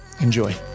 Enjoy